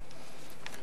נתקבלה.